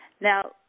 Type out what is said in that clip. Now